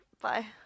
Bye